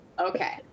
okay